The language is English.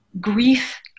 grief